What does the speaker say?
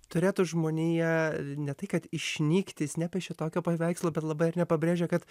turėtų žmonija ne tai kad išnykti jis nepiešia tokio paveikslo bet labai ar nepabrėžia kad